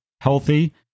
healthy